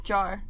Jar